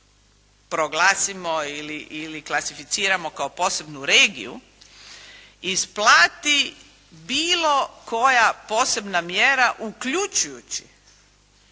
proglasimo ili klasificiramo kao posebnu regiju isplati bilo koja posebna mjera uključujući